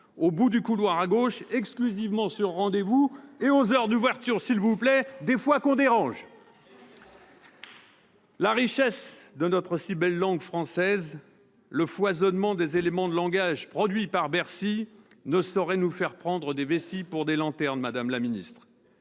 au bout du couloir à gauche, exclusivement sur rendez-vous et aux heures d'ouverture s'il vous plaît ... des fois que l'on dérange ! Excellent ! Très bien ! La richesse de notre si belle langue française, le foisonnement des éléments de langage produits par Bercy ne sauraient nous faire prendre des vessies pour des lanternes, madame la secrétaire